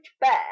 bear